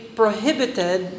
prohibited